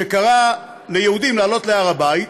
שקרא ליהודים לעלות להר הבית,